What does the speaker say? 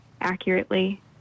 accurately